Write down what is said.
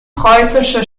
preußische